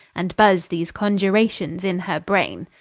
and buzze these coniurations in her brayne.